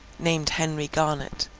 named henry garnet,